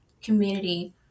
community